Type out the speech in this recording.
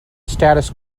status